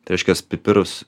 tai reiškias pipirus